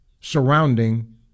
surrounding